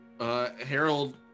Harold